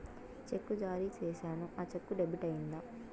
చెక్కు జారీ సేసాను, ఆ చెక్కు డెబిట్ అయిందా